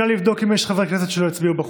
נא לבדוק בחוץ אם יש חברי כנסת שלא הצביעו.